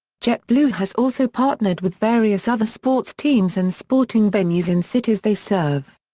jetblue has also partnered with various other sports teams and sporting venues in cities they serve.